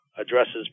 addresses